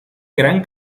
gran